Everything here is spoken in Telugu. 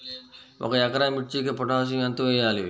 ఒక ఎకరా మిర్చీకి పొటాషియం ఎంత వెయ్యాలి?